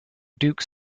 duke